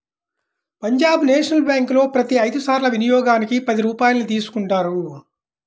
Punjab national బ్యేంకులో ప్రతి ఐదు సార్ల వినియోగానికి పది రూపాయల్ని తీసుకుంటారు